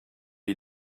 you